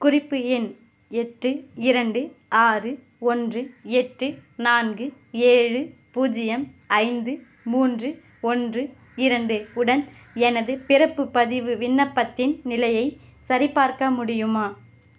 குறிப்பு எண் எட்டு இரண்டு ஆறு ஒன்று எட்டு நான்கு ஏழு பூஜ்ஜியம் ஐந்து மூன்று ஒன்று இரண்டு உடன் எனது பிறப்பு பதிவு விண்ணப்பத்தின் நிலையைச் சரிபார்க்க முடியுமா